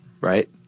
right